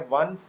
one